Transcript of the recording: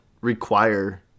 require